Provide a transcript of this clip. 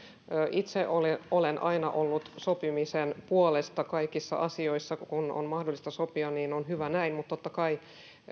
itse olen olen aina ollut sopimisen puolesta kaikissa asioissa kun kun on mahdollista sopia niin hyvä näin mutta totta kai